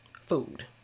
food